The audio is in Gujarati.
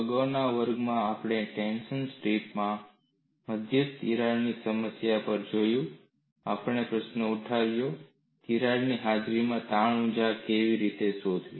અગાઉના વર્ગમાં આપણે ટેન્શન સ્ટ્રીપમાં મધ્યસ્થ તિરાડ ની સમસ્યા પર જોયું આપણે પ્રશ્ન ઉઠાવ્યો તિરાડની હાજરીમાં તાણ ઊર્જા કેવી રીતે શોધવી